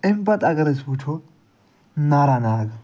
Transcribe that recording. اَمہِ پَتہٕ اَگر أسۍ وُچھُو ناراناگ